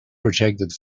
projected